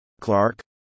Clark